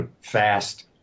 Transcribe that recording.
fast